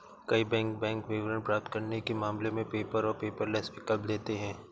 कई bank bank विवरण प्राप्त करने के मामले में पेपर और पेपरलेस विकल्प देते हैं